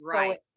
Right